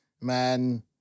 man